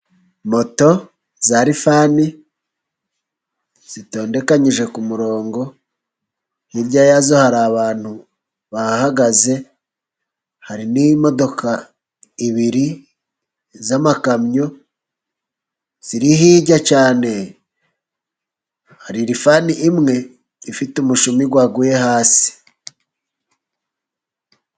Moto za rifani zitondekanye ku murongo, hirya yazo hari abantu bahagaze, hari n'imodoka ibiri z'amakamyo ziri hirya cyane. Hari rifani imwe ifite umushumi waguye hasi.